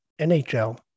NHL